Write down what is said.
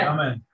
Amen